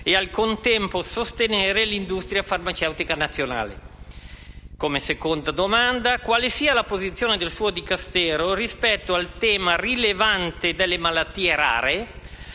e, al contempo, sostenere l'industria farmaceutica nazionale? Come seconda domanda vorrei sapere quale sia la posizione del suo Dicastero sul tema rilevante delle malattie rare,